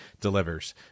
delivers